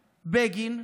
בגין,